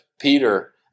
Peter